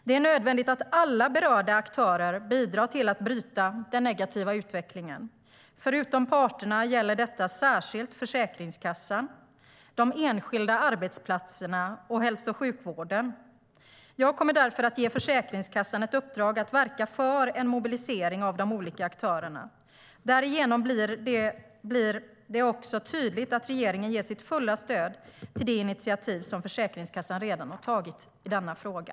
Det är nödvändigt att alla berörda aktörer bidrar till att bryta den negativa utvecklingen. Förutom parterna gäller detta särskilt Försäkringskassan, de enskilda arbetsplatserna och hälso och sjukvården. Jag kommer därför att ge Försäkringskassan ett uppdrag att verka för en mobilisering av de olika aktörerna. Därigenom blir det också tydligt att regeringen ger sitt fulla stöd till det initiativ som Försäkringskassan redan har tagit i denna fråga.